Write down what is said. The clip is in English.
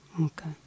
Okay